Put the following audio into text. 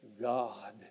God